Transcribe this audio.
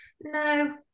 No